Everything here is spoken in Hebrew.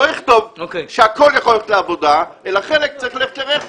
לא לכתוב שהכול יכול ללכת לעבודה אלא חלק צריך ללכת לרכש.